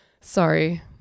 Sorry